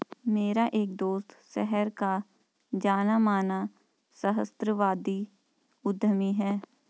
मेरा एक दोस्त शहर का जाना माना सहस्त्राब्दी उद्यमी है